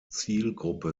zielgruppe